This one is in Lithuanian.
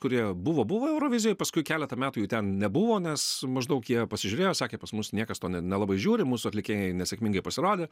kurie buvo buvo eurovizijoj paskui keletą metų jų ten nebuvo nes maždaug jie pasižiūrėjo sakė pas mus niekas to nelabai žiūri mūsų atlikėjai nesėkmingai pasirodė